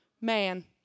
Man